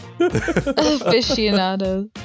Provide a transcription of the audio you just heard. Aficionados